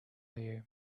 you